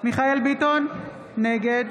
מרדכי ביטון, נגד